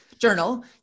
journal